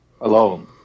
alone